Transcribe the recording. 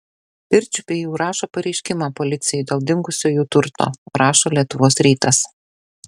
pirčiupiai jau rašo pareiškimą policijai dėl dingusio jų turto rašo lietuvos rytas